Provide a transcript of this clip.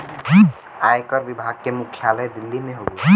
आयकर विभाग के मुख्यालय दिल्ली में हउवे